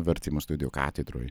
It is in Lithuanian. vertimo studijų katedroj